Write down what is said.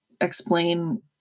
explain